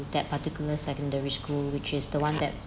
that particular secondary school which is the one that